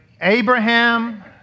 Abraham